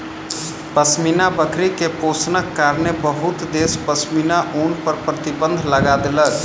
पश्मीना बकरी के शोषणक कारणेँ बहुत देश पश्मीना ऊन पर प्रतिबन्ध लगा देलक